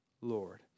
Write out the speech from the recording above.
Lord